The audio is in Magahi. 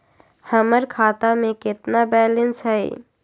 हमर खाता में केतना बैलेंस हई?